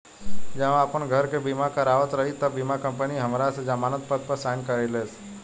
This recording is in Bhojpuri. जब हम आपन घर के बीमा करावत रही तब बीमा कंपनी हमरा से जमानत पत्र पर साइन करइलस